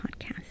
podcast